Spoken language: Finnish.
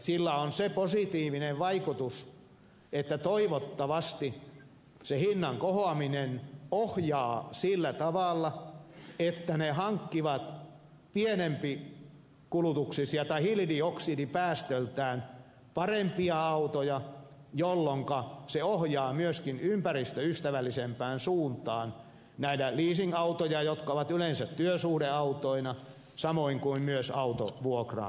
sillä on se positiivinen vaikutus että toivottavasti se hinnan kohoaminen ohjaa sillä tavalla että ne ihan kivaa viedään eri kulutuksisia hankitaan hiilidioksidipäästöiltään parempia autoja jolloinka se ohjaa myöskin ympäristöystävällisempään suuntaan näitä leasingautoja jotka ovat yleensä työsuhdeautoina samoin kuin myös autovuokraamon autoja